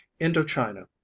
Indochina